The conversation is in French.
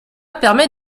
permet